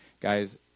Guys